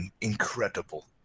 incredible